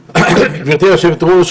גברתי יושבת הראש,